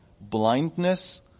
blindness